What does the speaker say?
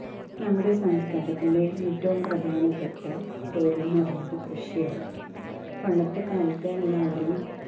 നമ്മുടെ സംസ്കാരത്തിന്റെ ഏറ്റവും പ്രധാനപ്പെട്ട പൊരുളെന്നു പറയണത് കൃഷിയാണ് പണ്ടത്തെക്കാലത്തെ എല്ലാവരും